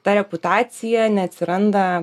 ta reputacija neatsiranda